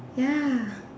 ya